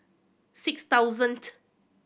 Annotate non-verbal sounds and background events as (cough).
six thousand (unintelligible)